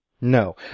No